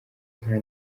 nka